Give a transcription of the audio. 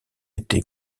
été